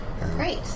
Great